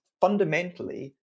Fundamentally